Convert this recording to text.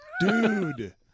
Dude